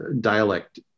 dialect